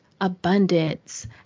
abundance